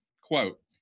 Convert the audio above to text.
Quote